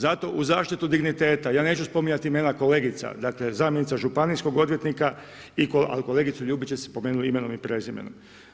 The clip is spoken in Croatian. Zato u zaštitu digniteta, ja neću spominjati imena kolegica, dakle, zamjenica županijskog odvjetnika, ali kolegicu Ljubičić ste spomenuli imenom i prezimenom.